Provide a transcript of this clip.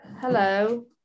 Hello